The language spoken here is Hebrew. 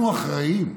אנחנו אחראים.